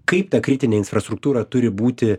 kaip ta kritinė infrastruktūra turi būti